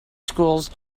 schools